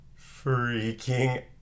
freaking